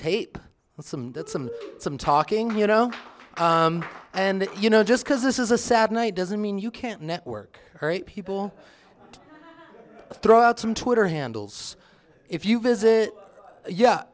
tape some some some talking you know and you know just because this is a sad night doesn't mean you can't network people throw out some twitter handles if you visit yeah